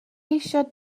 eisiau